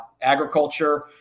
agriculture